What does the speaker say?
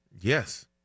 Yes